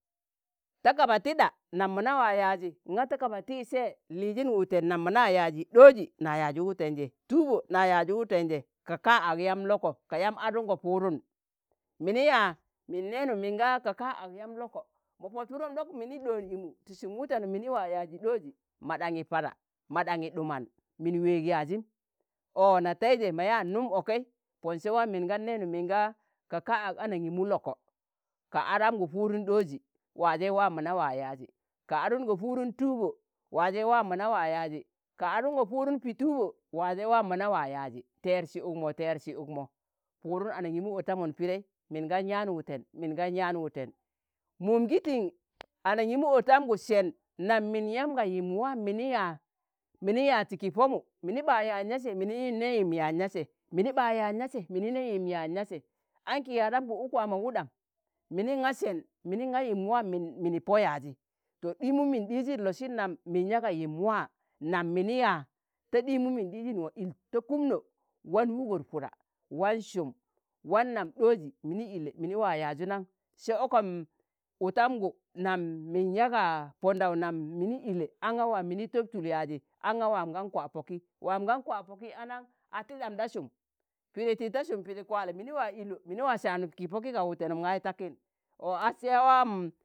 ta kaba tida nam mona wa yaazi nga ta kaba ti se, nlizin wuten nam mo na yaazi ɗoozi na yaazi wutenje, tuubo na yaazi wutenje, ka ka ag yam loko, ka yamb adungo Pudun, mini yaa min nenu min ga ka ka ag yam loko, mo Pot Purum ɗok mini ɗoon imu ti sum wutenum mini waa yaazi ɗooji ma ɗanye Pada, ma ɗanye ɗuman, min weeg yazim. o nataije ma yaa num okei pon Se waam min gan nenu min ga ka ka'ak anangimu loko. ka adamgu Pudun ɗooji, waaje waa mo na waa yaji ka adungo Pudun tuubo, waa je waamona waa yaazi ka adungo Pudun pi tuubo, waaje waa mona waa yaazi teersi ukmo, teersi ukmo parun anangimu otamun Pudei min gan yaan wuten, min gan yaan wuten. Mum gi ting anangimu otamgu sen nam min yam ga yim wam mini yaa, mini yaa ti ki Pomu mini ɓa yaaz na Se, mine ne yim yaaz na Se, mini ba yaaz nase, mini ne yim yaaz nase, anki yadamgu uk waa mo wuɗam, miniga sen minin ga yim waam mini Po yaazi, to ɗimum min ɗiijin losin nam min yaa ga yim waa nam mini yaa ta ɗimum min ɗijin, mo il ta kumno wan wugor puda, wan sum wan nam ɗooji mini ile mini waa yaazu nan se okom otamgu nam min yaa ga Pondau, nam mini ile anga waam mini tob tul yaazi, anga waam gan kwa Poki waam gan kwa Poki anan? a tiɗam da sum, pidi tiɗ ta sum Pidi, kwale mini waa ilo mini waa saan ki poki ga wutenum gai takin